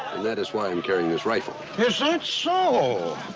that is why i'm carrying this rifle. is that so?